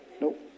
Nope